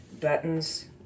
buttons